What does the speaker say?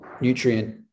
nutrient